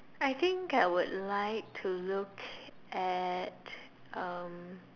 I think I would like to look at um